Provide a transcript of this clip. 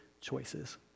choices